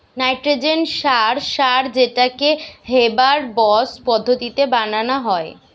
nitrogen সার সার যেটাকে হেবার বস পদ্ধতিতে বানানা হয়